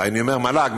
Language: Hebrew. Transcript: אני אומר מל"ג,